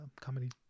Comedy